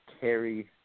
carry